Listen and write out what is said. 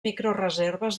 microreserves